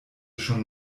schon